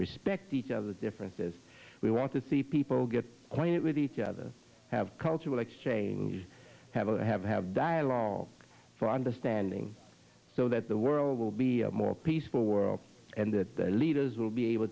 respect each other's differences we want to see people get acquainted with each other have cultural exchange have a have have dialogue for understanding so that the world will be a more peaceful world and the leaders will be able